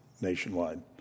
nationwide